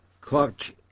clutch